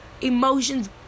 emotions